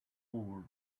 whole